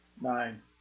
Nine